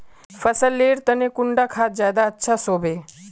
फसल लेर तने कुंडा खाद ज्यादा अच्छा सोबे?